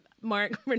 Mark